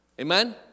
Amen